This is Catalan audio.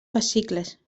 fascicles